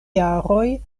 jaroj